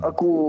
Aku